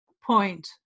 point